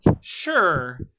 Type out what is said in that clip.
sure